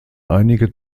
einige